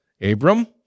Abram